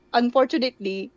unfortunately